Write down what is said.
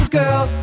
girl